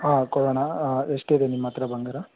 ಹಾಂ ಕೊಡೋಣ ಎಷ್ಟಿದೆ ನಿಮ್ಮ ಹತ್ರ ಬಂಗಾರ